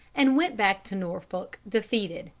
and went back to norfolk defeated,